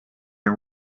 and